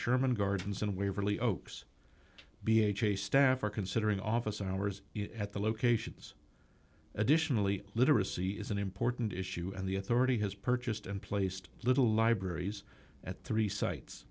sherman gardens and waverly oaks b h a staff are considering office hours at the locations additionally literacy is an important issue and the authority has purchased and placed little libraries at three sites